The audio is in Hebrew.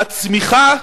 הצמיחה,